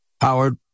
Howard